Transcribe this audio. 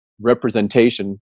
representation